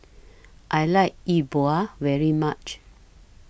I like Yi Bua very much